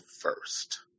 first